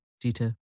Dita